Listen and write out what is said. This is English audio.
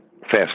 fast